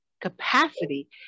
capacity